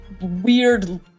weird